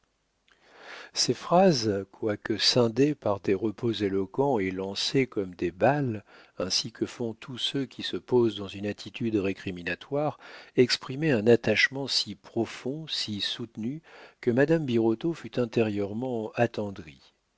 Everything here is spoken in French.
ces phrases quoique scindées par des repos éloquents et lancées comme des balles ainsi que font tous ceux qui se posent dans une attitude récriminatoire exprimaient un attachement si profond si soutenu que madame birotteau fut intérieurement attendrie